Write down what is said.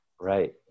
Right